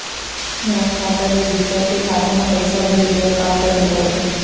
मोर खाता ले दूसर के खाता म पइसा भेजे बर का करेल पढ़थे?